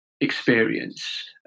experience